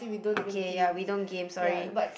okay ya we don't game sorry